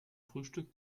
frühstück